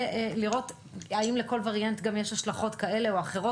לראות האם לכל וריאנט יש השלכות כאלה או אחרות.